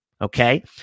okay